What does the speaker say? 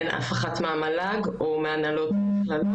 אין אף אחד מהמל"ג או מנהלות המכללות,